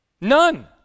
None